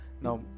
now